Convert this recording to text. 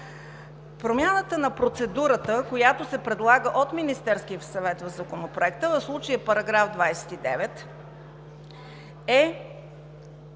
Промяната на процедурата, която се предлага от Министерския съвет в Законопроекта, в случая § 29, е